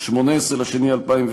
ביניים ושכבות חלשות,